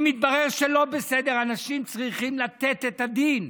אם יתברר שלא בסדר, אנשים צריכים לתת את הדין.